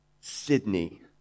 Sydney